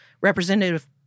Representative